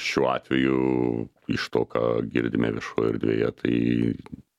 šiuo atveju iš to ką girdime viešoj erdvėje tai